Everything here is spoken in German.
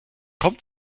kommt